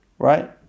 right